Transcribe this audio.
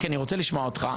כי אני רוצה לשמוע אותך.